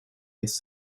gets